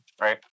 right